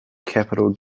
capital